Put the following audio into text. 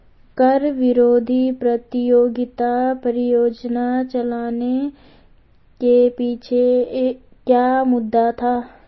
कर विरोधी प्रतियोगिता परियोजना चलाने के पीछे क्या मुद्दा था?